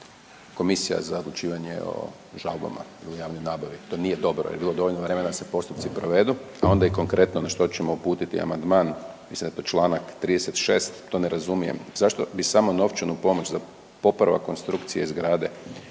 komisija za odlučivanje o žalbama u javnoj nabavi, to nije dobro jer je bilo dovoljno vremena da se postupci provedu, a onda i konkretno na što ćemo uputiti amandman, mislim da je to Članak 36., to ne razumijem zašto bi samo novčanu pomoć za popravak konstrukcije zgrade